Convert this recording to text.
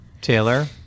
Taylor